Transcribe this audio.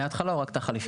מהתחלה או רק את החלופית?